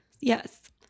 Yes